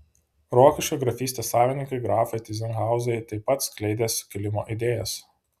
rokiškio grafystės savininkai grafai tyzenhauzai taip pat skleidė sukilimo idėjas